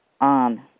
on